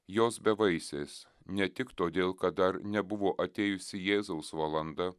jos bevaisės ne tik todėl kad dar nebuvo atėjusi jėzaus valanda